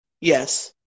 Yes